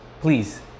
please